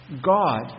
God